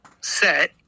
set